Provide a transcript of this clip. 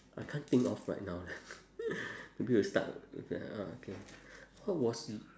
I can't think of right now leh maybe we'll stuck uh okay what was